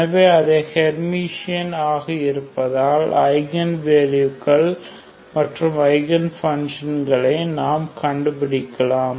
எனவே அதை ஹேர்மிஷன் ஆக இருப்பதால் ஐகன் வேல்யூகள் மற்றும் ஐகன் பங்க்ஷன் களை நாம் கண்டுபிடிக்கலாம்